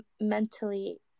mentally